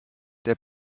der